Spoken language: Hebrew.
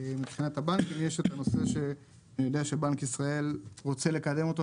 מבחינת הבנקים יש את הנושא שאני יודע שבנק ישראל רוצה לקדם אותו,